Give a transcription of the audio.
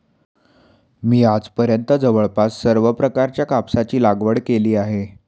मी आजपर्यंत जवळपास सर्व प्रकारच्या कापसाची लागवड केली आहे